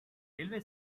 railway